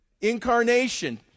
Incarnation